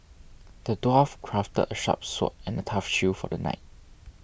the dwarf crafted a sharp sword and a tough shield for the knight